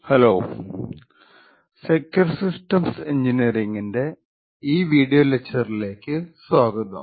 hello secure systems എൻജിനീയറിങ്ങിന്റെ ഈ video ലെക്ച്ചറിലേക്കു സ്വാഗതം